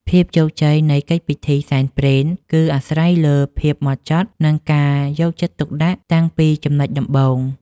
ភាពជោគជ័យនៃកិច្ចពិធីសែនព្រេន គឺអាស្រ័យលើភាពហ្មត់ចត់ និងការយកចិត្តទុកដាក់តាំងពីចំណុចដំបូង។